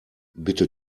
bitte